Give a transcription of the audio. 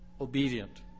obedient